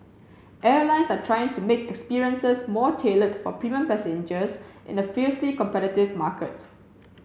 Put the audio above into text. airlines are trying to make experiences more tailored for premium passengers in a fiercely competitive market